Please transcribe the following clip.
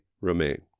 remain